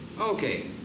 Okay